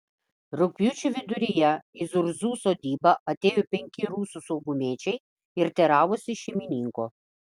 rugpjūčio viduryje į zurzų sodybą atėjo penki rusų saugumiečiai ir teiravosi šeimininko